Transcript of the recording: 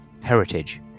heritage